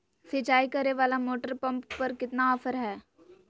सिंचाई करे वाला मोटर पंप पर कितना ऑफर हाय?